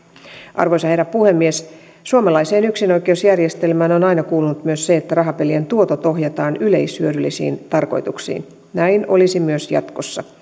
arvoisa herra puhemies suomalaiseen yksinoikeusjärjestelmään on aina kuulunut myös se että rahapelien tuotot ohjataan yleishyödyllisiin tarkoituksiin näin olisi myös jatkossa